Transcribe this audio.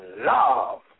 love